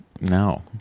no